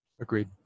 Agreed